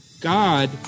God